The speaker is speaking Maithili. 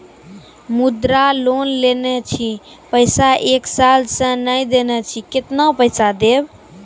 मुद्रा लोन लेने छी पैसा एक साल से ने देने छी केतना पैसा देब?